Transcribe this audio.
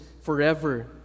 forever